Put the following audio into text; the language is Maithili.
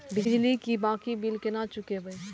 बिजली की बाकी बील केना चूकेबे?